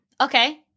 Okay